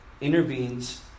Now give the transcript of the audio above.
intervenes